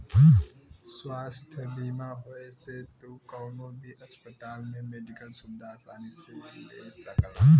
स्वास्थ्य बीमा होये से तू कउनो भी अस्पताल में मेडिकल सुविधा आसानी से ले सकला